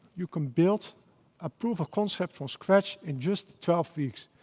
you can build a proof of concept from scratch in just twelve weeks.